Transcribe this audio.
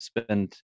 spend